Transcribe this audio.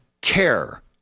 care